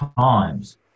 times